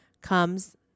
comes